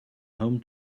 home